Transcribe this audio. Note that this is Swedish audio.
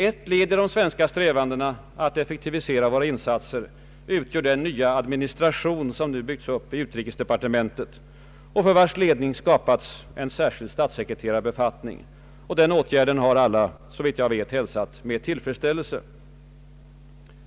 Ett led i de svenska strävandena att effektivisera våra insatser utgör den nya administration, som nu byggs upp i utrikesdepartementet och för vars ledning skapats en särskild statssekreterarbefattning. Den åtgärden har alla, såvitt jag vet, hälsat med tillfredsställelse.